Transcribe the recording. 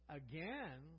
again